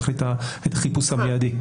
את תכלית החיפוש המיידי.